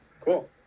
cool